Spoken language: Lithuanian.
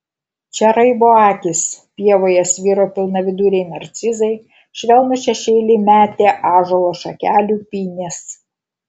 čia raibo akys pievoje sviro pilnaviduriai narcizai švelnų šešėlį metė ąžuolo šakelių pynės